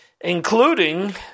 including